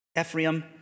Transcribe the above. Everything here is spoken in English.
Ephraim